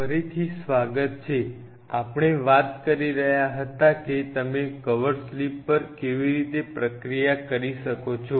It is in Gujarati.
ફરીથી સ્વાગત છે આપણે વાત કરી રહ્યા હતા કે તમે કવર સ્લિપ પર કેવી રીતે પ્રક્રિયા કરી શકો છો